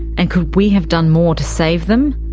and could we have done more to save them?